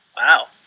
Wow